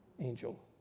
Angel